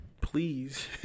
Please